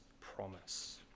promise